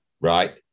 right